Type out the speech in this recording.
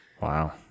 wow